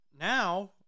now